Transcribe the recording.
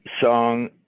song